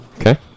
okay